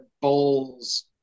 bowls